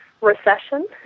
recession